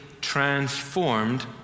transformed